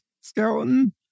skeleton